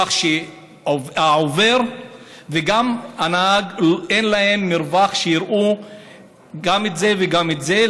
כך שגם להולך רגל וגם לנהג אין מרווח שיראו גם את זה וגם את זה,